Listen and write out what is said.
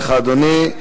תודה לך, אדוני.